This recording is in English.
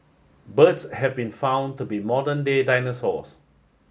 birds have been found to be modern day dinosaurs